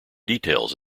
details